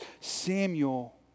Samuel